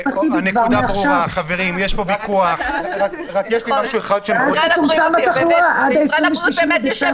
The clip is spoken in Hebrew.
מאסיבית כבר מעכשיו ואז תצומצם התחלואה עד ה-23 במרס.